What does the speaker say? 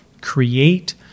create